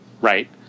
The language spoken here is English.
Right